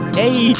hey